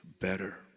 better